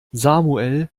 samuel